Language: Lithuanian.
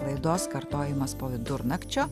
laidos kartojimas po vidurnakčio